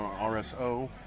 RSO